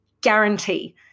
guarantee